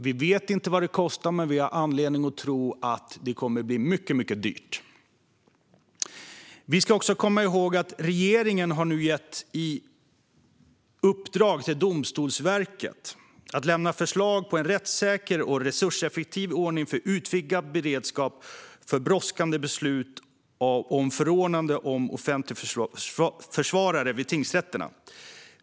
Vi vet inte vad det kommer att kosta, men det finns anledning att tro att det kommer att bli mycket dyrt. Vi ska komma ihåg att regeringen har gett Domstolsverket i uppdrag att lämna förslag på en rättssäker och resurseffektiv ordning för utvidgad beredskap för brådskande beslut om förordnande av offentlig försvarare vid tingsrätterna.